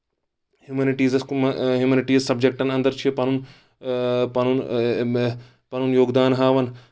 ہیمنِٹیٖزس humanities سبجکٹن اندر چھِ پنُن پنُن پنُن یوگدان ہاوان